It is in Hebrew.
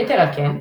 יתר-על-כן,